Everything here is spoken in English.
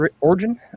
Origin